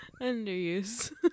Underuse